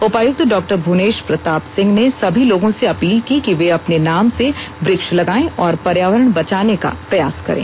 उपायुक्त डॉ भुवनेश प्रताप सिंह ने सभी लोगों से अपील की कि वे अपने नाम से वृक्ष लगाएं और पर्यावरण बचाने का प्रयास करें